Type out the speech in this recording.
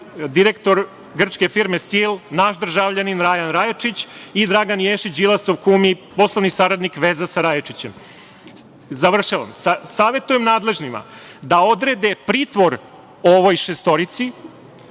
direktor grčke firme „Sil“, naš državljanin, Rajan Rajačić i Dragan Ješić, Đilasov kum i poslovni saradnik, veza sa Rajačićem. Završavam. Savetujem nadležnima da odrede pritvor ovoj šestorici